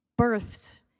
birthed